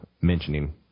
mentioning